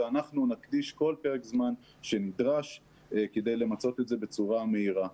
ואנחנו נקדיש כל פרק זמן שנדרש כדי למצות את זה בצורה מהירה.